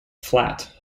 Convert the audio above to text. flat